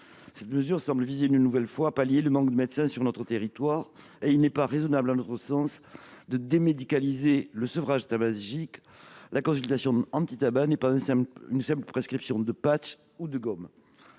telle mesure semble viser une nouvelle fois à pallier le manque de médecins sur notre territoire. À notre sens, il n'est pas raisonnable de démédicaliser le sevrage tabagique. La consultation antitabac n'est pas une simple prescription de ou de gomme.